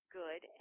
good